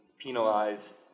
penalized